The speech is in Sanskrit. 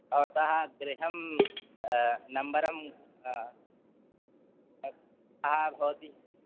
भवतः गृहं नम्बरं कः भवति